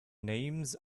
names